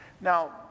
now